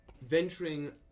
venturing